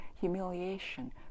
humiliation